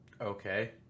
Okay